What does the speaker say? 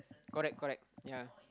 correct correct ya